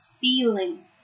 feeling